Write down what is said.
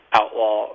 outlaw